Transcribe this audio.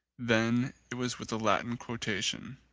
then it was with a latin quotation.